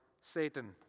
Satan